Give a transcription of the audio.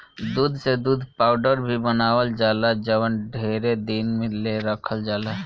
दूध से दूध पाउडर भी बनावल जाला जवन ढेरे दिन ले रखल जाला